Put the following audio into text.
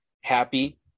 happy